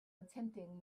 attempting